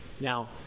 Now